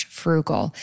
frugal